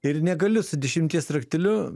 ir negaliu su dešimties rakteliu